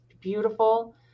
beautiful